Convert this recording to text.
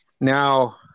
Now